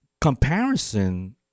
comparison